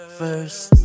first